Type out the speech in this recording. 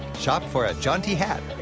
shop for a jaunty hat.